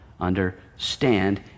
understand